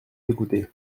d’écouter